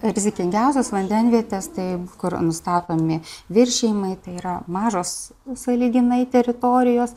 rizikingiausios vandenvietės tai kur nustatomi viršijimai tai yra mažos sąlyginai teritorijos